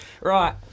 Right